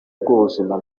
rw’ubuzima